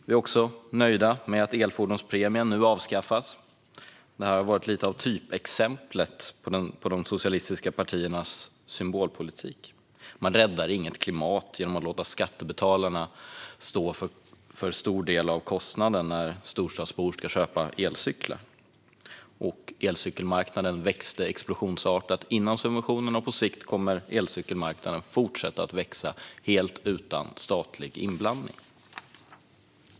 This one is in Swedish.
Vi är nöjda med att elfordonspremien nu avskaffas. Detta har varit lite av typexemplet på de socialistiska partiernas symbolpolitik. Man räddar inget klimat genom att låta skattebetalarna stå för en stor del av kostnaden när storstadsbor ska köpa elcyklar. Elcykelmarknaden växte explosionsartat före subventionerna, och på sikt kommer den att fortsätta att växa helt utan statlig inblandning.